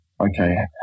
okay